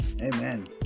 Amen